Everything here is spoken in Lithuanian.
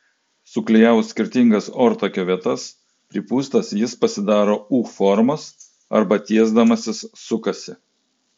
suklijavus skirtingas ortakio vietas pripūstas jis pasidaro u formos arba tiesdamasis sukasi